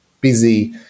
busy